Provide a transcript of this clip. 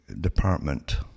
department